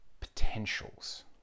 potentials